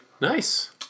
Nice